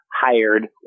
hired